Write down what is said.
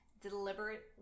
deliberate